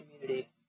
community